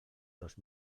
dos